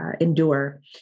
endure